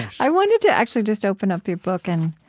i wanted to actually just open up your book and